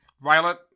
Violet